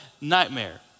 nightmare